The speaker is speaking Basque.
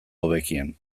hobekien